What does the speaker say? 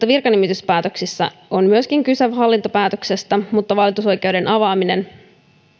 virkanimityspäätöksissä on myöskin kyse hallintopäätöksestä mutta valitusoikeuden avaaminen